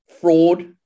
fraud